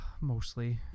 Mostly